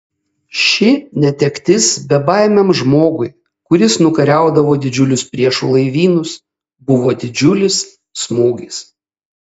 ši netektis bebaimiam žmogui kuris nukariaudavo didžiulius priešų laivynus buvo didžiulis smūgis